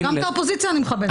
גם את האופוזיציה אני מכבדת.